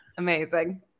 Amazing